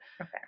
Okay